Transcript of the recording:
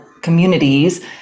communities